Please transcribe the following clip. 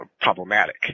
problematic